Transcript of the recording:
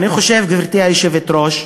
אני חושב, גברתי היושבת-ראש,